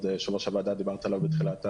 יו"ר הוועדה דיברת עליו בתחילת הישיבה,